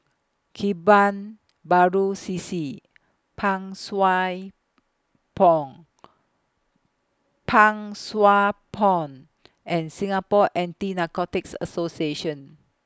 Kebun Baru C C Pang Pond Pang Sua Pond and Singapore Anti Narcotics Association